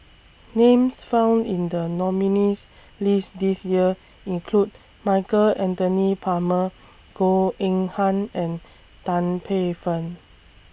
Names found in The nominees' list This Year include Michael Anthony Palmer Goh Eng Han and Tan Paey Fern